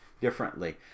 differently